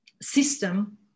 system